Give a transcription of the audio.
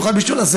ובמיוחד בשתולה,